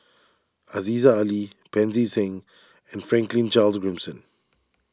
Aziza Ali Pancy Seng and Franklin Charles Gimson